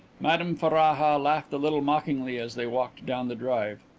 madame ferraja laughed a little mockingly as they walked down the drive.